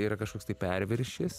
yra kažkoks tai perviršis